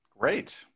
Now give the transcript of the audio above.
Great